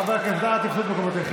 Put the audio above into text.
חברי הכנסת, תפסו את מקומותיכם.